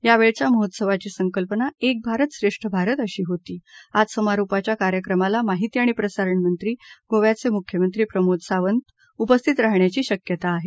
यावेळच्या महोत्सवाची संकल्पना एक भारत श्रेष्ठ भारतअशी होती आज समारोपाध्या कार्यक्रमाला माहिती आणि प्रसारणमंत्री गोव्याचे मुख्यमंत्री प्रमोद सावंत उपस्थित राहण्याची शक्यता आहे